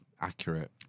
accurate